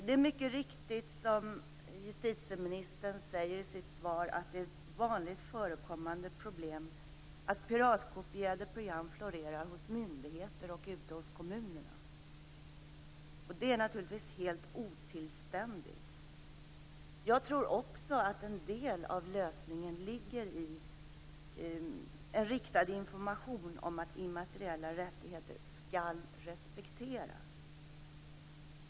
Det är mycket riktigt, som justitieministern säger i sitt svar, att det är ett vanligt förekommande problem att piratkopierade program florerar hos myndigheter och ute hos kommunerna. Det är naturligtvis helt otillständigt. Jag tror också att en del av lösningen ligger i en riktad information om att immateriella rättigheter skall respekteras.